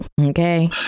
okay